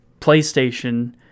PlayStation